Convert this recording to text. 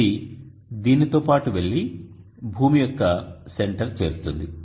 ఇది దీనితో పాటు వెళ్లి భూమి యొక్క సెంటర్ చేరుతుంది